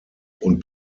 und